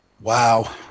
Wow